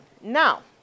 Now